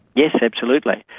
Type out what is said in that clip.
yes, absolutely.